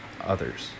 others